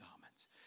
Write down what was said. garments